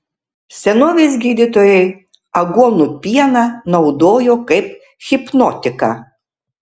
senovės gydytojai aguonų pieną naudojo kaip hipnotiką